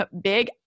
big